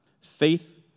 Faith